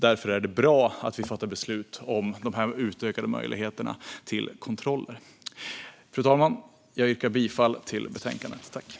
Därför är det bra att vi fattar beslut om utökade möjligheter till kontroller. Fru talman! Jag yrkar bifall till förslaget i betänkandet.